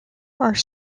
are